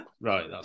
right